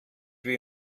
wie